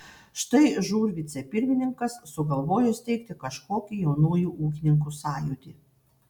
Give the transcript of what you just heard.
štai žūr vicepirmininkas sugalvojo steigti kažkokį jaunųjų ūkininkų sąjūdį